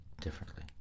differently